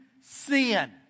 sin